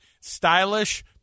stylish